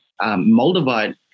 Moldavite